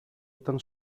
ήταν